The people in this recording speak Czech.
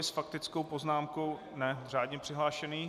S faktickou poznámkou ne, řádně přihlášený.